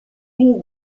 une